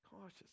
Cautious